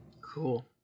Cool